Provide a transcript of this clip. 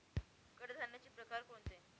कडधान्याचे प्रकार कोणते?